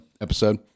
episode